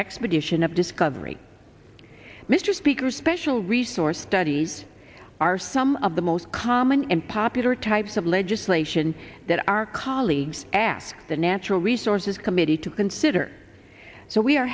expedition of discovery mr speaker special resource studies are some of the most common and popular types of legislation that our colleagues asked the natural resources committee to consider so we are